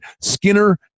Skinner